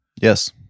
Yes